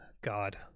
God